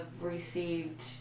received